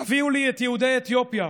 "הביאו לי את יהודי אתיופיה",